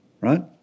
right